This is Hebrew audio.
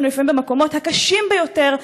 שלפעמים הם במקומות הקשים ביותר,